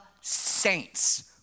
saints